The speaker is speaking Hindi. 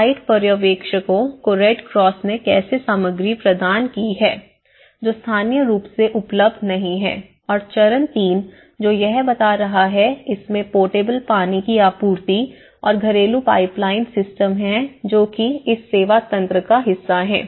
तो फिर साइट पर्यवेक्षकों को रेड क्रॉस ने कैसे सामग्री प्रदान की है जो स्थानीय रूप से उपलब्ध नहीं है और चरण तीन जो यह बता रहा है इसमें पोर्टेबल पानी की आपूर्ति और घरेलू पाइपलाइन सिस्टम हैं जो कि इस सेवा तंत्र का हिस्सा है